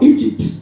Egypt